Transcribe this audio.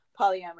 polyamorous